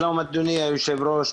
שלום אדוני היושב-ראש,